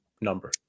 number